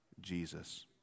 Jesus